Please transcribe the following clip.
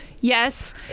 yes